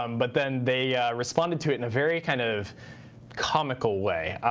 um but then they responded to it in a very kind of comical way.